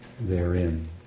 therein